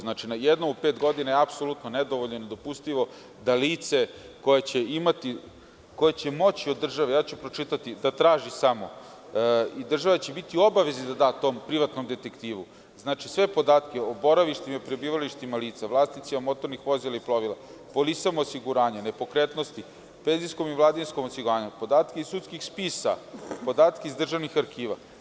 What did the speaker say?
Znači, jednom u pet godina je apsolutno nedovoljno i nedopustivo da lice koje će moći od države da traži samo, država će biti u obavezi da da tom privatnom detektivu sve podatke o boravištima i prebivalištima lica, vlasnicima motornih vozila i plovila, polisama osiguranja, nepokretnosti, penzijsko-invalidskom osiguranju, podatke iz sudskih spisa, podatke iz državnih arhiva.